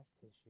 tissue